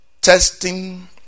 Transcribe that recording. testing